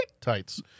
tights